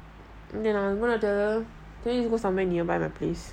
then I'm gonna tell her can we go somewhere near my place